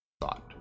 thought